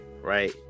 right